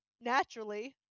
naturally